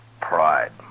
pride